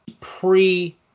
pre